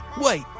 Wait